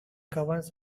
governs